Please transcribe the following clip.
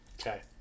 Okay